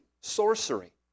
sorcery